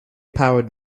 powered